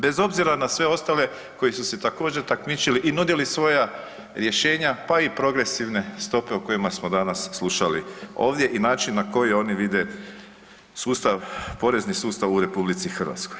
Bez obzira na sve ostale koji su se također takmičili i nudili svoja rješenja pa i progresivne stope o kojima smo danas slušali ovdje i način na koji oni vide porezni sustav u RH.